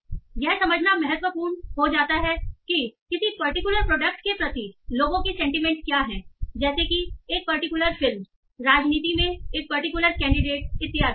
इसलिए यह समझना महत्वपूर्ण हो जाता है कि किसी पर्टिकुलर प्रोडक्ट के प्रति लोगों की सेंटीमेंट क्या है जैसे कि एक पर्टिकुलर फिल्म राजनीति में एक पर्टिकुलर कैंडिडेट इत्यादि